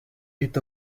est